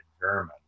German